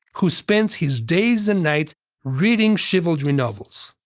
who spends his days and nights reading chivalry novels.